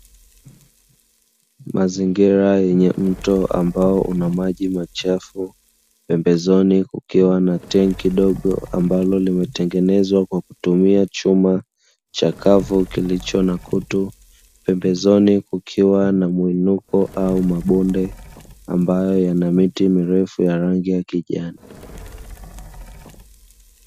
Mazingira yenye mto ambao una maji machafu , pembezoni kukiwa na tenki dogo ambalo limetengenezwa kwa kutumia chuma chakavu kilicho na kutu pembezoni kukiwa na mwinuko au mabonde ambayo yana miti mirefu ya rangi ya kijani.